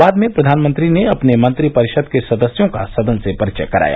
बाद में प्रधानमंत्री ने अपने मंत्रिपरिषद के सदस्यों का सदन से परिचय कराया